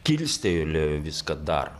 kilstelėjo viską dar